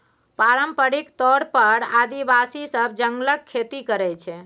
पारंपरिक तौर पर आदिवासी सब जंगलक खेती करय छै